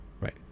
right